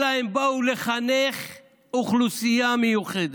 אלא הם באו לחנך אוכלוסייה מיוחדת.